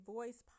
Voice